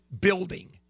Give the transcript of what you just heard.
building